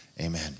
Amen